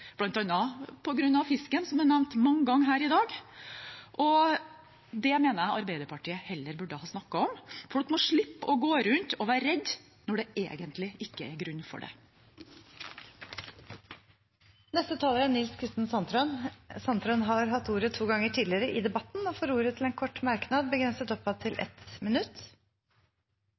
fisken, som er nevnt mange ganger her i dag, og det mener jeg Arbeiderpartiet heller burde ha snakket om. Folk må slippe å gå rundt og være redd når det egentlig ikke er grunn til det. Representanten Nils Kristen Sandtrøen har hatt ordet to ganger tidligere og får ordet til en kort merknad, begrenset til 1 minutt.